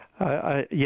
Yes